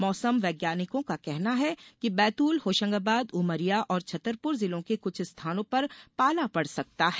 मौसम वैज्ञानिकों का कहना है कि बैतूल होशंगाबाद उमरिया और छतरपुर जिलों कें कुछ स्थानों पर पाला पड़ सकता हैं